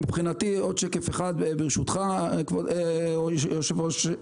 עוד שקף אחד, ברשותך, היושב-ראש.